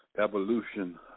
evolution